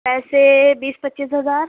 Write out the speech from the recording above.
ایسے بیس پچیس ہزار